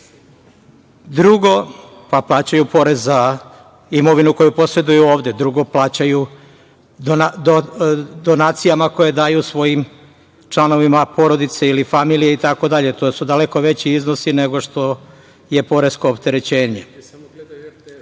Kini, itd? Plaćaju porez za imovinu koju poseduju ovde. Drugo, plaćaju donacijama koje daju svojim članovima porodice ili familije, itd, to su daleko veći iznosi, nego što je poresko opterećenje. Sledeće